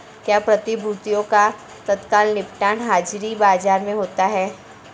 क्या प्रतिभूतियों का तत्काल निपटान हाज़िर बाजार में होता है?